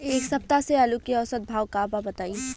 एक सप्ताह से आलू के औसत भाव का बा बताई?